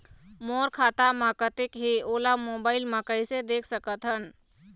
मोर खाता म कतेक हे ओला मोबाइल म कइसे देख सकत हन?